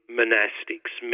monastics